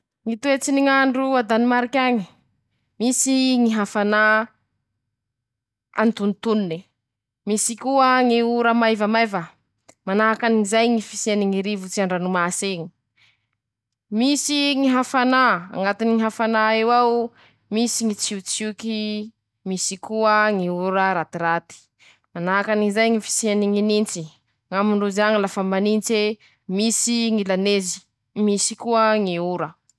Ñy toetsy ny ñ'andro a Danimarik'añy: Misy ñy hafanà, antontonone, misy koa ñ'ora maivamaiva. Manahakan'izay ñy fisiany ñy rivotsy andranomasy eñy, misy ñy hafanà, añatony ñy hafanà eo ao misy ñy tsiotsioky, misy koa ñy ora ratiraty, manahakan'izay ñy fisiany ñy nintsy, amindrozy añy lafa manintsy, misy ñy lanezy, misy koa ñ.